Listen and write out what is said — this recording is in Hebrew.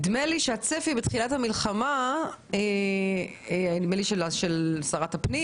נדמה לי שהצפי בתחילת המלחמה לפי שרת הפנים